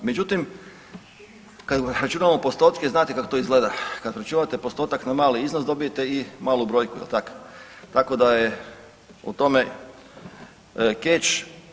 Međutim, kad računamo postotke znate kak to izgleda, kad računate postotak na mali iznos dobijete i malu brojku jel tak, tako da je u tome keč.